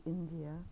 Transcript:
India